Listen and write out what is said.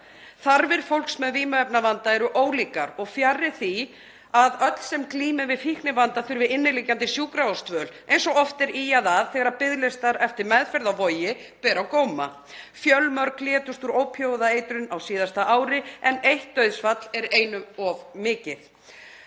Þarfir fólks með vímuefnavanda eru ólíkar og fjarri því að öll sem glíma við fíknivanda þurfi inniliggjandi sjúkrahúsdvöl, eins og oft er ýjað að þegar biðlista eftir meðferð á Vogi ber á góma. Fjölmörg létust úr ópíóíðaeitrun á síðasta ári en eitt dauðsfall er einu of mikið.